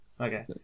Okay